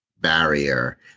barrier